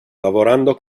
lavorando